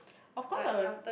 of course I will